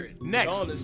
Next